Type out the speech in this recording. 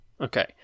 Okay